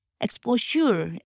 exposure